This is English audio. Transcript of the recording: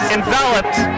enveloped